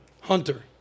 Hunter